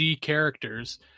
characters –